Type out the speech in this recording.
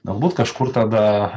galbūt kažkur tada